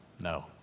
No